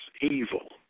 evil